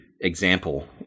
example